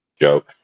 Joke